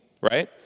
right